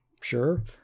Sure